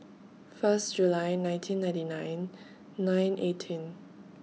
First July nineteen ninety nine nine eighteen